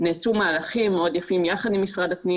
נעשו מהלכים מאוד יפים יחד עם משרד הפנים